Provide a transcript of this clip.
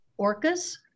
orcas